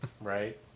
right